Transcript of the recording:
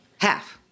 Half